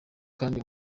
kandi